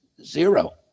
zero